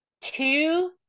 two